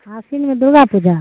आश्विनमे दुर्गा पूजा